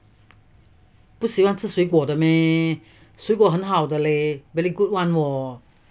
不喜欢吃水果的 meh 水果很好的 leh very good [one] wo